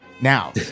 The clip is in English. now